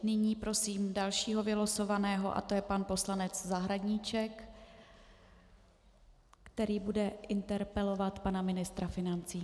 Nyní prosím dalšího vylosovaného a to je pan poslanec Zahradníček, který bude interpelovat pana ministra financí.